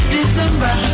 December